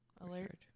alert